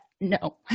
no